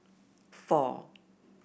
four